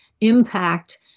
impact